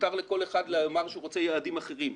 מותר לכל אחד לומר שהוא רוצה יעדים אחרים,